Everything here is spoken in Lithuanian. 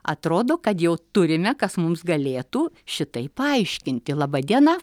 atrodo kad jau turime kas mums galėtų šitai paaiškinti laba diena